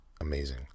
amazing